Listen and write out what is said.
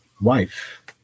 wife